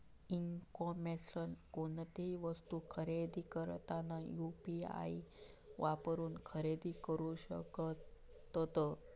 E कॉमर्सवर कोणतीही वस्तू खरेदी करताना यू.पी.आई वापरून खरेदी करू शकतत